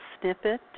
snippet